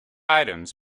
items